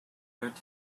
third